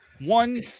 One